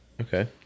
Okay